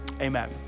amen